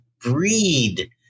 breed